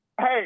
Hey